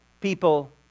people